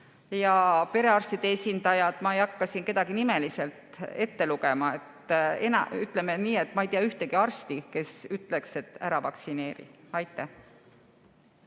ja perearstide esindajad. Ma ei hakka siin kedagi nimeliselt ette lugema, aga ütleme nii, et ma ei tea ühtegi arsti, kes ütleks, et ära vaktsineeri. Aitäh!